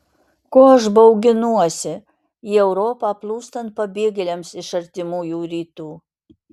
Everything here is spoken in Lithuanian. ko aš bauginuosi į europą plūstant pabėgėliams iš artimųjų rytų